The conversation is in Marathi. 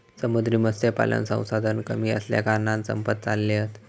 समुद्री मत्स्यपालन संसाधन कमी असल्याकारणान संपत चालले हत